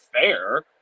fair